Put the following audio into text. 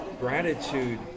gratitude